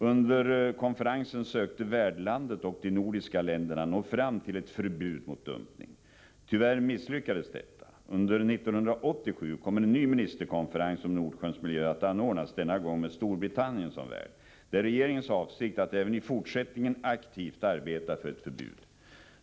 Under konferensen sökte värdlandet och de nordiska länderna nå fram till ett förbud mot dumpning. Tyvärr misslyckades detta. Under 1987 kommer en ny ministerkonferens om Nordsjöns miljö att anordnas, denna gång med Storbritannien som värd. Det är regeringens avsikt att även i fortsättningen aktivt arbeta för ett förbud.